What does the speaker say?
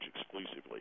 exclusively